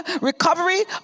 recovery